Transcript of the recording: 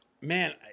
man